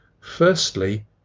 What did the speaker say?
Firstly